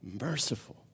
merciful